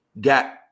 got